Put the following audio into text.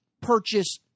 purchase